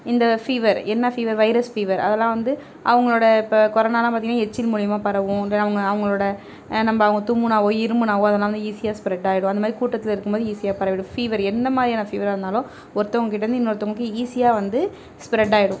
இந்த ஃபீவர் என்ன fever virus fever அதெல்லாம் வந்து அவங்களோட இப்போ கொரோனால்லாம் பார்த்தீங்கன்னா எச்சில் மூலியமாக பரவும் அவங்களோட நம்ப அவங்க தும்முனாவோ இருமுனாவோ அதனால் ஈஸியாக ஸ்ப்ரெட் ஆயிடும் அந்தமாதிரி கூட்டத்தில் இருக்கும்போது ஈஸியாக பரவிவிடும் ஃபீவர் என்ன மாதிரியான ஃபீவராக இருந்தாலும் ஒருத்தவங்ககிட்டர்ந்து இன்னொருத்தவங்களுக்கு ஈஸியாக வந்து ஸ்ப்ரெட் ஆயிடும்